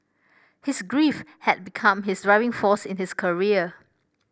his grief had become his driving force in his career